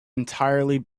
entirely